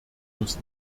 muss